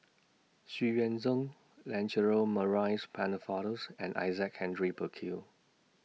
Xu Yuan Zhen Lancelot Maurice Pennefather's and Isaac Henry Burkill